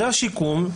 זה השיקום.